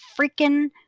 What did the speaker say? freaking